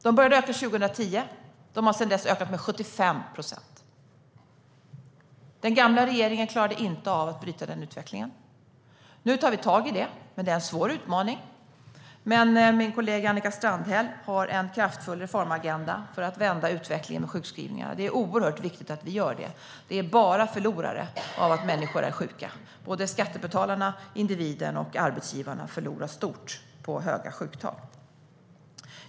De började öka 2010, och sedan dess har de ökat med 75 procent. Den gamla regeringen klarade inte av att bryta den utvecklingen. Nu tar vi tag i det, men det är en svår utmaning. Men min kollega Annika Strandhäll har en kraftfull reformagenda för att vända utvecklingen med sjukskrivningarna. Det är oerhört viktigt att man gör det. Det finns bara förlorare om människor är sjuka. Såväl skattebetalarna och individen som arbetsgivarna förlorar stort på höga sjuktal.